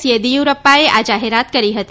યેદિયુરપ્પાએ આ જાહેરાત કરી હતી